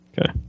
okay